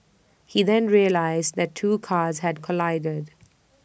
he then realised that two cars had collided